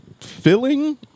filling